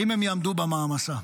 האם הם יעמדו במעמסה?